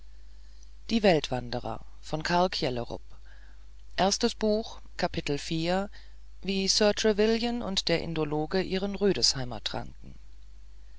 wie sir trevelyan und der indologe ihren rüdesheimer tranken